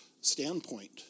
standpoint